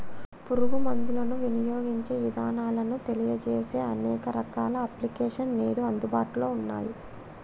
పురుగు మందులను వినియోగించే ఇదానాలను తెలియజేసే అనేక రకాల అప్లికేషన్స్ నేడు అందుబాటులో ఉన్నయ్యి